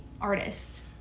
artist